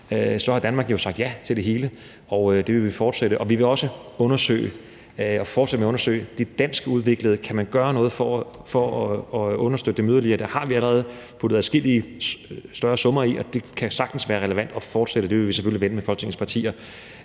der har Danmark jo sagt ja til det hele, og det vil vi fortsætte med. Vi vil også fortsætte med at undersøge det danskudviklede. Kan man gøre noget for at understøtte det yderligere? Det har vi allerede puttet adskillige større summer i, og det kan sagtens være relevant at fortsætte – det vil vi selvfølgelig vende med Folketingets partier.